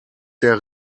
der